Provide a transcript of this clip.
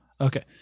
Okay